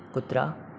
कुत्रा